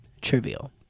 trivial